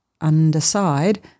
underside